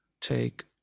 take